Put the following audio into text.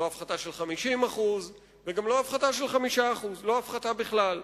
לא הפחתה של 50% וגם לא הפחתה של 5%. לא הפחתה בכלל.